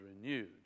renewed